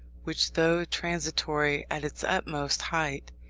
which, though transitory at its utmost height,